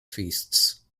feasts